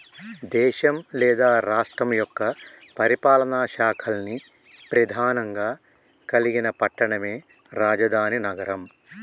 దేశం లేదా రాష్ట్రం యొక్క పరిపాలనా శాఖల్ని ప్రెధానంగా కలిగిన పట్టణమే రాజధాని నగరం